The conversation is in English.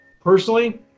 personally